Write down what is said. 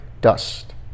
dust